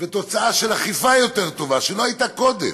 ותוצאה של אכיפה יותר טובה, שלא הייתה קודם.